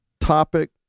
topic